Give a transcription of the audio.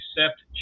accept